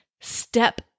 Step